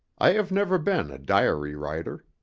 i have never been a diary writer.